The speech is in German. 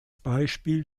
beispiel